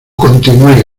continué